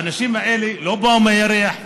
האנשים האלה לא באו מהירח,